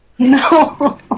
No